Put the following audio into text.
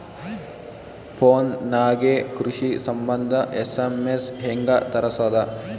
Phone ನಾಗೆ ಕೃಷಿ ಸಂಬಂಧ ಎಸ್.ಎಮ್.ಎಸ್ ಹೆಂಗ ತರಸೊದ?